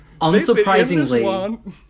Unsurprisingly